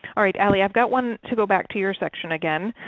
alright ale, yeah i've got one to go back to your section again.